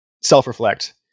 self-reflect